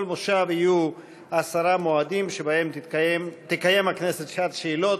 בכל מושב יהיו עשרה מועדים שבהם תקיים הכנסת שעת שאלות,